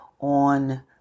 on